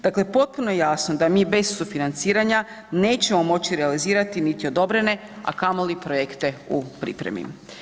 Dakle potpuno je jasno da mi bez sufinanciranja nećemo moći realizirati niti odobrene, a kamoli projekte u pripremi.